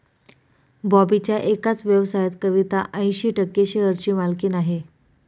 बॉबीच्या एकाच व्यवसायात कविता ऐंशी टक्के शेअरची मालकीण आहे